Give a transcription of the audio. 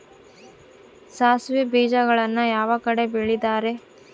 ಸಾಸಿವೆ ಬೇಜಗಳನ್ನ ಯಾವ ಕಡೆ ಬೆಳಿತಾರೆ?